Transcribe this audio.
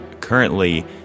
currently